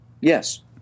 yes